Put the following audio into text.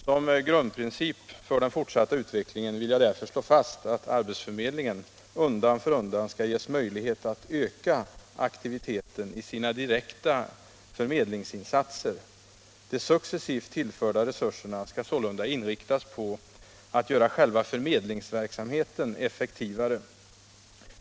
Som grundprincip för den fortsatta utvecklingen vill jag därför slå fast att arbetsförmedlingen undan för undan skall ges möjlighet att öka ak 119 Arbetsmarknadspolitiken 120 tiviteten i sina direkta förmedlingsinsatser. De successivt tillförda resurserna skall sålunda inriktas på att göra själva förmedlingsverksamheten effektivare.